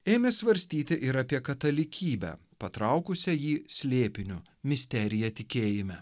ėmė svarstyti ir apie katalikybę patraukusią jį slėpiniu misterija tikėjime